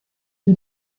die